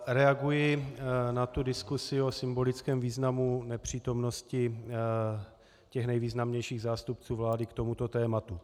Reaguji na tu diskusi o symbolickém významu nepřítomnosti těch nejvýznamnějších zástupců vládu k tomuto tématu.